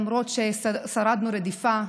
למרות ששרדנו רדיפה,